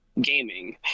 gaming